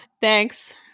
Thanks